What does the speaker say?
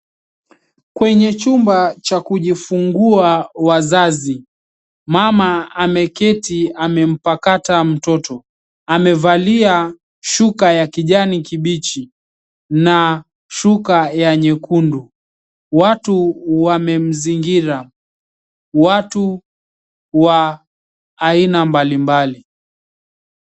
Kwenye chumba cha kujifungua wazazi. Mama ameketi amempa kata mtoto. Amevalia shuka ya kijani kibichi na shuka ya nyekundu. Watu wamemzingira. Watu wa aina mbalimbali.